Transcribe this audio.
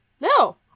No